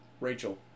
Rachel